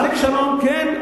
אריק שרון, כן.